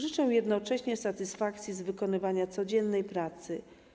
Życzę jednocześnie satysfakcji z wykonywania codziennej pracy.